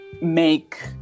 make